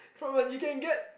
from us you can get